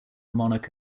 monarch